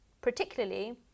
particularly